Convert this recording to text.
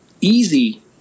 Easy